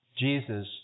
Jesus